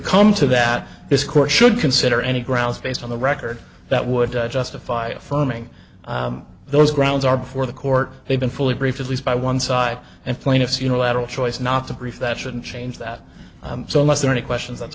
come to that this court should consider any grounds based on the record that would justify affirming those grounds are before the court they've been fully briefed at least by one side and plaintiffs you know lateral choice not to brief that shouldn't change that so less than any questions that's